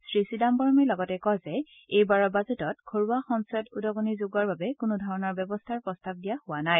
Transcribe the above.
শ্ৰীচিদাম্বৰমে লগতে কয় যে এইবাৰৰ বাজেটত ঘৰুৱা সঞ্চয়ত উদগনি যোগোৱাৰ বাবে কোনো ধৰণৰ ব্যৱস্থাৰ প্ৰস্তাৱ দিয়া হোৱা নাই